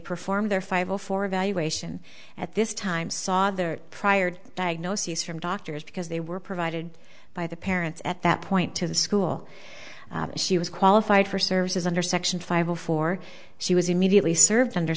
performed their five zero four evaluation at this time saw their prior diagnoses from doctors because they were provided by the parents at that point to the school she was qualified for services under section five zero four she was immediately served under